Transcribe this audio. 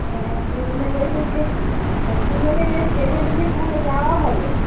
হ্যাঁ দুজনে বেশ হচ্ছে হ্যাঁ দুজনে বেশ সেজেগুজে তাহলে যাওয়াও হবে